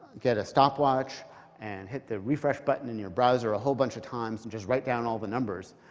get a stopwatch and hit the refresh button in your browser a whole bunch of times and just write down all the numbers,